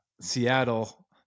Seattle